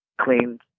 clean